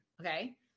Okay